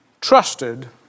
trusted